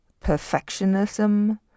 perfectionism